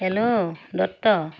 hello Dutta